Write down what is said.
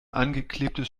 angeklebtes